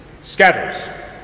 scatters